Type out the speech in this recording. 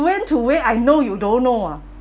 went to where I know you don't know ah